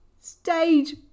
Stage